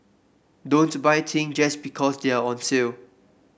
don't buy things just because they are on sale